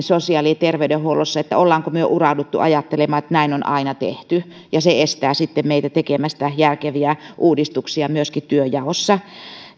sosiaali ja terveydenhuollossa olemmeko me urautuneet ajattelemaan että näin on aina tehty jolloin se estää meitä tekemästä järkeviä uudistuksia myöskin työnjaossa